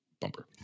Bumper